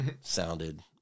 sounded